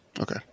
Okay